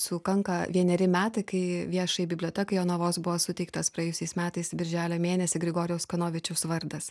sukanka vieneri metai kai viešajai bibliotekai jonavos buvo suteiktas praėjusiais metais birželio mėnesį grigorijaus kanovičiaus vardas